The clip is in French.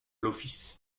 l’office